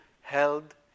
held